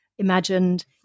Imagined